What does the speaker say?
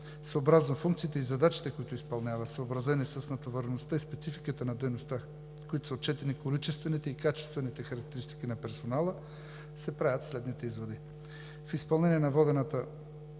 съобразно функциите и задачите, които изпълнява, съобразени с натовареността и спецификата на дейността, като са отчетени количествените и качествените характеристики на персонала, се правят следните изводи. В изпълнение на водената